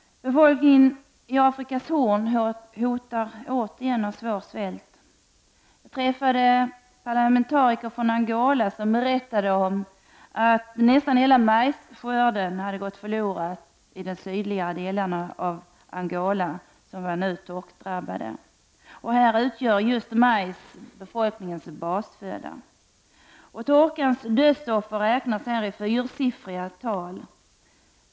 Befolkningen i Afrikas Horn hotas återigen av svår svält. Jag träffade parlamentariker från Angola, som berättade att nästan hela majsskörden hade gått förlorad i de sydliga delarna av Angola, som var torkdrabbade. Där utgör just majs befolkningens basföda. Torkans dödsoffer räknas i fyrsiffriga tal.